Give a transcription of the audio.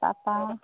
তাৰপৰা